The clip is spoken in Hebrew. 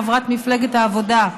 חברת מפלגת העבודה,